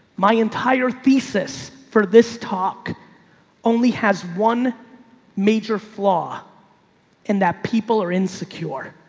my entire thesis for this talk only has one major flaw in that people are insecure.